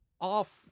off